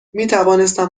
میتوانستم